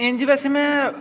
ਇੰਝ ਵੈਸੇ ਮੈਂ